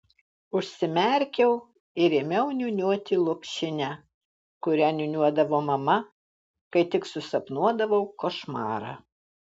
užsimerkiau ir ėmiau niūniuoti lopšinę kurią niūniuodavo mama kai tik susapnuodavau košmarą